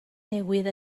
newydd